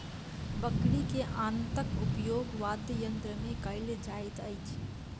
बकरी के आंतक उपयोग वाद्ययंत्र मे कयल जाइत अछि